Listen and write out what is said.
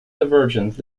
divergent